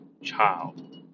child